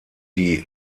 die